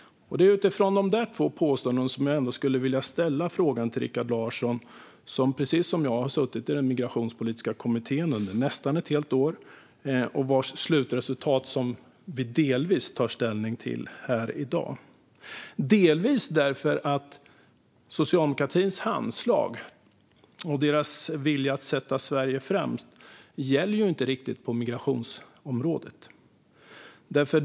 Det är utifrån de två påståendena som jag skulle vilja ställa en fråga till Rikard Larsson, som precis som jag har suttit i den migrationspolitiska kommittén under nästan ett helt år, vars slutresultat vi delvis tar ställning till här i dag. Det är delvis därför att Socialdemokraternas handslag och deras vilja att sätta Sverige främst inte riktigt gäller på migrationsområdet.